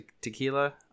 tequila